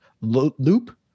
loop